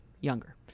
younger